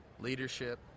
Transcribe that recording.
Leadership